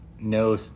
no